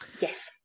Yes